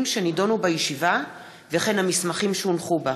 שנדונו בישיבה וכן המסמכים שהונחו בה.